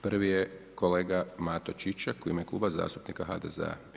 Prvi je kolega Mato Čičak u ime Kluba zastupnika HDZ-a.